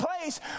place